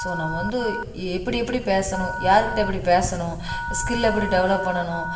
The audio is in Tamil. சோ நம்ம வந்து எப்படி எப்படி பேசணும் யார் கிட்ட எப்படி பேசணும் ஸ்கில்ல எப்படி டேவலப் பண்ணணும்